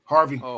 Harvey